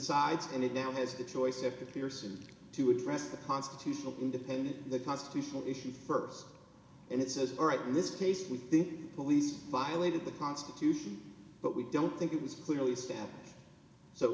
decides and it now has a choice epicurus and to address the constitutional independent the constitutional issue first and it says all right in this case we think police violated the constitution but we don't think it was clearly stand so